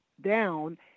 down